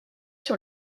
sur